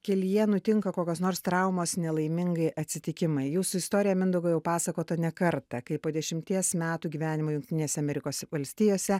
kelyje nutinka kokios nors traumos nelaimingai atsitikimai jūsų istorija mindaugo jau pasakota ne kartą kai po dešimties metų gyvenimo jungtinėse amerikos valstijose